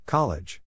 College